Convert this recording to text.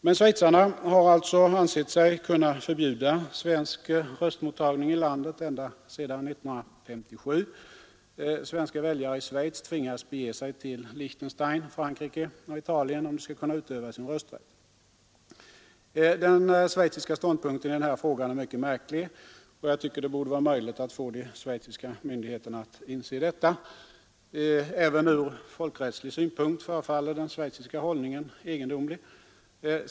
Men schweizarna har alltså ansett sig kunna förbjuda svensk röstmottagning i landet ända sedan 1957. Svenska väljare i Schweiz tvingas bege sig till Liechtenstein, Frankrike och Italien om de skall kunna utöva sin rösträtt. Den schweiziska ståndpunkten i den här frågan är mycket märklig, och jag tycker att det borde vara möjligt att få de schweiziska myndigheterna att inse detta. Även ur folkrättslig synpunkt förefaller den schweiziska hållningen egendomlig.